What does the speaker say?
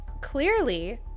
Clearly